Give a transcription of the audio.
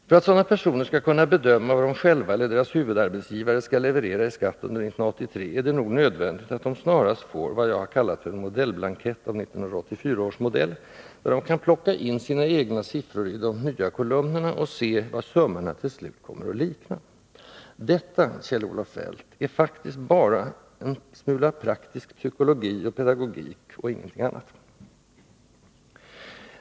För att sådana personer skall kunna bedöma vad de själva eller deras huvudarbetsgivare skall leverera i skatt under 1983 är det nog nödvändigt att de snarast får vad jag kallat en modellblankett av 1984 års modell, där de kan plocka in sina egna siffror i de nya kolumnerna och se vad summorna till slut ungefär kommer att bli. Detta, Kjell-Olof Feldt, är faktiskt bara en smula praktisk psykologi och pedagogik och ingenting annat.